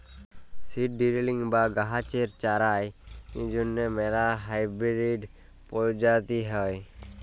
seed drilling বা গাহাচের চারার জ্যনহে ম্যালা হাইবিরিড পরজাতি হ্যয়